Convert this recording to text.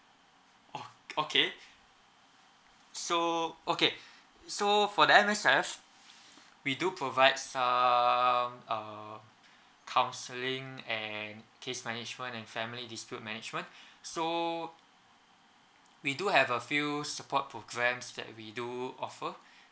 oh okay so okay so for the M_S_F we do provides um uh counselling and case management and family dispute management so we do have a few support programs that we do